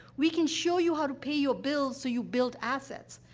we can show you how to pay your bills so you build assets.